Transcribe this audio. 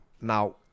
now